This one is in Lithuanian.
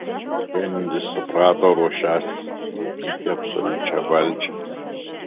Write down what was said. kenedis suprato ruošiąsis įgyti absoliučią valdžią